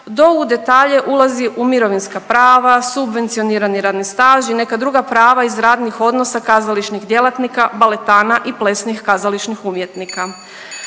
do u detalje ulazi u mirovinska prava, subvencionirani radni staž i neka druga prava iz radnih odnosa kazališnih djelatnika, baletana i plesnih kazališnih umjetnika.